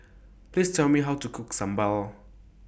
Please Tell Me How to Cook Sambal